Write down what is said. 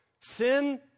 Sin